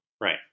Right